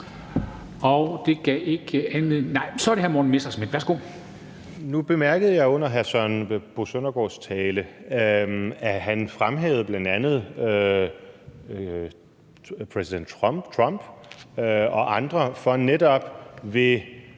Nu bemærkede jeg, at hr. Søren Søndergaard bl.a. fremhævede præsident Trump og andre for netop ved